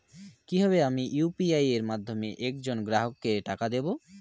কিভাবে আমি ইউ.পি.আই এর মাধ্যমে এক জন গ্রাহককে টাকা দেবো?